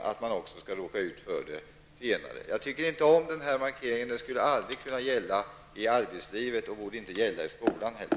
Skall man råka ut för att drabbas även senare? Jag tycker inte om den här markeringen. Sådant skulle aldrig kunna gälla i arbetslivet, och då borde det inte heller gälla i skolan.